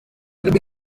gaby